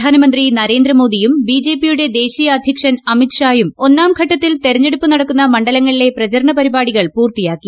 പ്രധാനമന്ത്രി നർഗ്ഗ് മോദിയും ബിജെപിയുടെ ദേശീയ അധ്യക്ഷൻ അമിത് ഷായും ഒന്നാംഘട്ടത്തിൽ തെരഞ്ഞെടുപ്പു നടക്കുന്ന മണ്ഡലങ്ങളിലെ പ്രചരണ പരിപാടികൾ പൂർത്തിയാക്കി